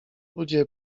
ludzie